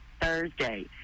Thursday